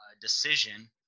decision